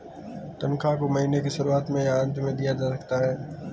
तन्ख्वाह को महीने के शुरुआत में या अन्त में दिया जा सकता है